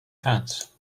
fence